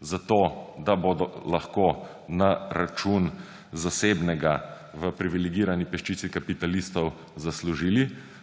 zato da bodo lahko na račun zasebnega v privilegirani peščici kapitalistov zaslužili,